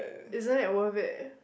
isn't it worth it